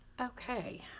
Okay